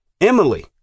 Emily